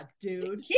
dude